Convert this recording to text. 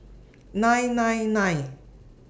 nine nine nine